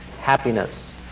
happiness